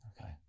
okay